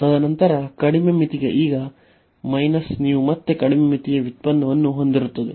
ತದನಂತರ ಕಡಿಮೆ ಮಿತಿಗೆ ಈಗ ನೀವು ಮತ್ತೆ ಕಡಿಮೆ ಮಿತಿಯ ವ್ಯುತ್ಪನ್ನವನ್ನು ಹೊಂದಿರುತ್ತದೆ